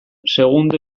segundo